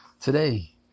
Today